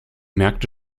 merkte